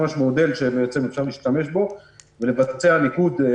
יש ממש מודל שאפשר להשתמש בו, ולבצע ניקוד.